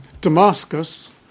Damascus